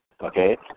okay